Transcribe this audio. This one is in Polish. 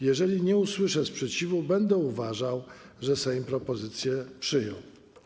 Jeżeli nie usłyszę sprzeciwu, będę uważał, że Sejm propozycję przyjął.